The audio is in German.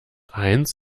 eins